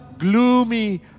Gloomy